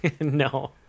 No